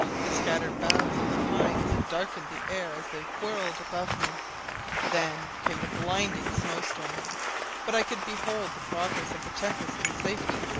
the scattered boughs of the pines darkened the air as they whirled above me then came the blinding snow-storm but i could behold the progress of the tempest in safety,